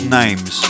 names